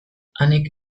anek